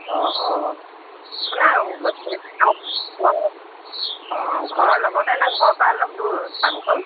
অঁ অঁ আপোনাৰ হেৰি ফাৰ্মখন ঘৰ অঁ ঘৰৰ লগতে নে ঘৰৰ পৰা অলপ দূৰ ফাৰ্মখন